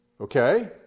Okay